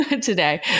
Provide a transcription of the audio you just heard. today